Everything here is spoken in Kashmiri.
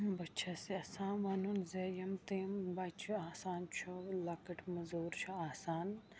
بہٕ چھَس یَژھان وَنُن زِ یِم تِم بَچہِ آسان چھُ لَکٕٹۍ موٚزوٗر چھُ آسان